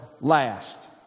last